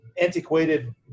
antiquated